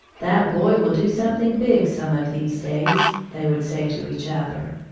that boy will do something big some of these days, they would say to each other.